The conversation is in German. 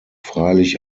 freilich